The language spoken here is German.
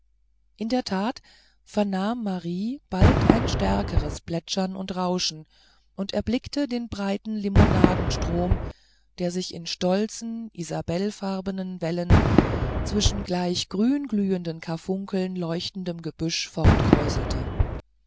in der tat vernahm marie bald ein stärkeres plätschern und rauschen und erblickte den breiten limonadenstrom der sich in stolzen isabellfarbenen wellen zwischen gleich grün glühenden karfunkeln leuchtendem